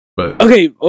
Okay